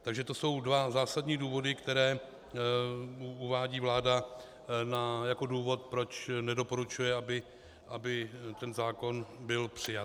Takže to jsou dva zásadní důvody, které uvádí vláda jako důvod, proč nedoporučuje, aby ten zákon byl přijat.